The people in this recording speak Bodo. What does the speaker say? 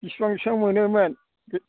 बिसिबां बिसिबां मोनोमोन